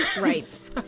Right